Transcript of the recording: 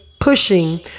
pushing